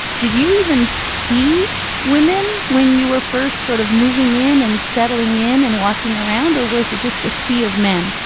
did you even see women when you were first sort of moving in and settling in and walking around, or was it just a sea of men?